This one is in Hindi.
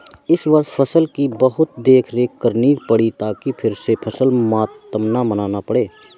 इस वर्ष फसल की बहुत देखरेख करनी पड़ी ताकि फिर से फसल मातम न मनाना पड़े